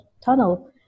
tunnel